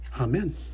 Amen